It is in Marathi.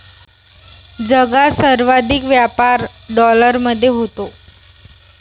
जगात सर्वाधिक व्यापार डॉलरमध्ये होतो